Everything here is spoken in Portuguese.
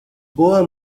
boa